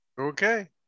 okay